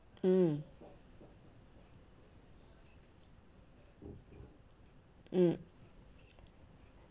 mm mm